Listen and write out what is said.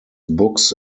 books